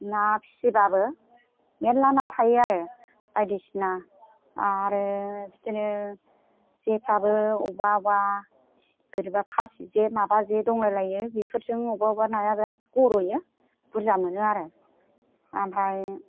ना फिसिबाबो मेरला ना थायो आरो बायदिसिना आरो बिदिनो जेफ्राबो अबाबा अबाबा बोरैबा फासि जे माबा जे दंलाय लायो बेफोरजों अबाबा अबाबा नाया बिरात गरयो बुरजा मोनो आरो ओमफ्राय